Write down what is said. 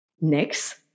Next